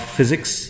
Physics